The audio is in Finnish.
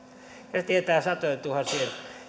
se tietää satojentuhansien